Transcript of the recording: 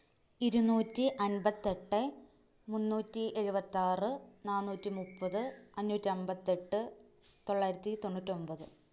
ഇരുന്നൂറ്റി അന്പത്തെട്ട് മുന്നൂറ്റി എഴുപത്തിയാറ് നാനൂറ്റി മുപ്പത് അഞ്ഞൂറ്റന്പത്തിയെട്ട് തൊള്ളായിരത്തി തൊണ്ണൂറ്റിയൊന്പത്